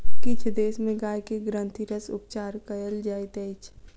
किछ देश में गाय के ग्रंथिरसक उपचार कयल जाइत अछि